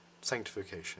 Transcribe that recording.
Sanctification